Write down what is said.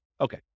Okay